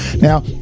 Now